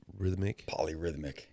Polyrhythmic